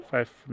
Five